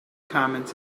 comments